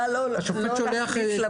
השופט שולח את